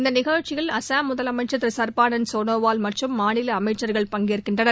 இந்த நிகழ்ச்சியில் அஸ்ஸாம் முதலமைச்சர் திரு சர்பானந்த சோனாவால் மற்றும் மாநில அமைச்சர்கள் பங்கேற்கின்றனர்